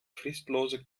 fristlose